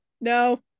no